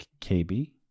KB